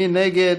מי נגד?